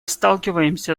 сталкиваемся